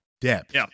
depth